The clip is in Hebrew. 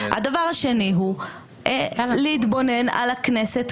הדבר השני הוא להתבונן על הכנסת